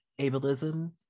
ableism